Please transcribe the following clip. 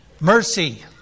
mercy